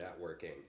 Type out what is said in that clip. networking